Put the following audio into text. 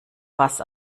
fass